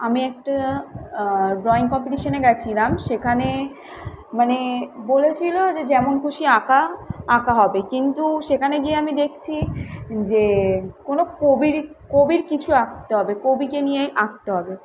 আমি একটা ড্রইং কম্পিটিশানে গিয়েছিলাম সেখানে মানে বলেছিলো যে যেমন খুশি আঁকা আঁকা হবে কিন্তু সেখানে গিয়ে আমি দেখছি যে কোনো কবিরই কবির কিছু আঁকতে হবে কবিকে নিয়ে আঁকতে হবে